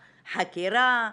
חקירה,